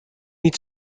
niet